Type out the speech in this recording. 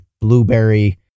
blueberry